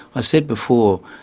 i said before,